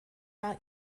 now